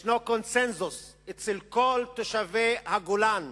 יש קונסנזוס אצל כל תושבי הגולן